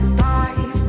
five